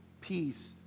peace